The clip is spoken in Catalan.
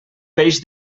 peix